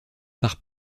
par